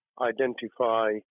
identify